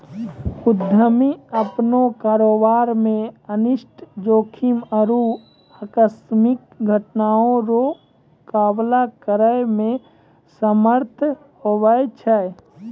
उद्यमी अपनो कारोबार मे अनिष्ट जोखिम आरु आकस्मिक घटना रो मुकाबला करै मे समर्थ हुवै छै